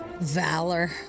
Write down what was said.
Valor